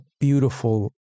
beautiful